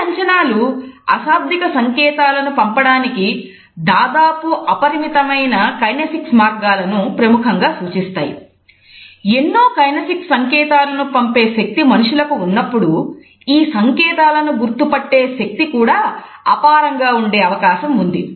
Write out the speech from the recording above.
ఈ అంచనాలు అశాబ్దిక సంకేతాలను పంపడానికి దాదాపు అపరిమితమైన కైనేసిక్స్ సంకేతాలను పంపే శక్తి మనుష్యులకు ఉన్నప్పుడు ఈ సంకేతాలను గుర్తుపట్టే శక్తి కూడా అపారంగా ఉండే అవకాశం ఉంది